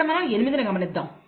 ఇక్కడ మనం 8ని గమనిద్దాం